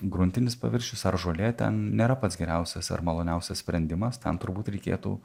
gruntinis paviršius ar žolė ten nėra pats geriausias ar maloniausias sprendimas ten turbūt reikėtų